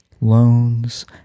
loans